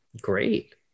Great